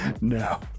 No